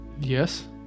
Yes